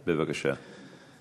בבקשה.